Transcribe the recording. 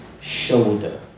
shoulder